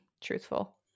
truthful